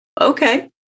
okay